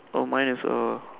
oh mine is uh